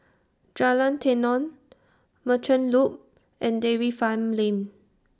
Jalan Tenon Merchant Loop and Dairy Farm Lane